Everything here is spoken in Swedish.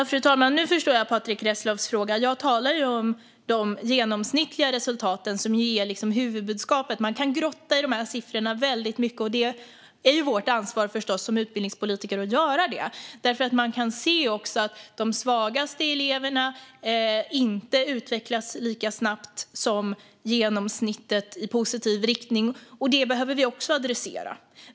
Fru talman! Nu förstår jag Patrick Reslows fråga. Jag talar om de genomsnittliga resultaten, som ger huvudbudskapet. Man kan grotta mycket i de här siffrorna. Och det är förstås vårt ansvar som utbildningspolitiker att göra det. Man kan också se att de svagaste eleverna inte utvecklas lika snabbt som genomsnittet i positiv riktning. Det behöver vi också adressera.